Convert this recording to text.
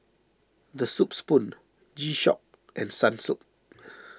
the Soup Spoon G Shock and Sunsilk